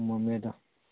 ꯆꯨꯝꯃꯃꯦ ꯑꯗꯣ